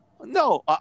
no